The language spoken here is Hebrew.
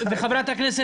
מקובל.